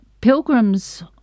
pilgrims